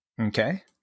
Okay